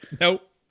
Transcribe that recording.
Nope